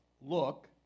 look